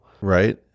Right